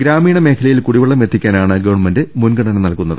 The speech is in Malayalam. ഗ്രാമീണമേഖലയിൽ കുടിവെള്ളമെത്തിക്കാനാണ് ഗ വൺമെന്റ് മുൻഗണന നൽകുന്നത്